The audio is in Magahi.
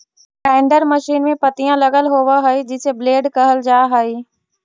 ग्राइण्डर मशीन में पत्तियाँ लगल होव हई जिसे ब्लेड कहल जा हई